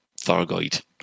thargoid